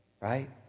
right